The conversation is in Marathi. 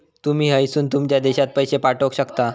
तुमी हयसून तुमच्या देशात पैशे पाठवक शकता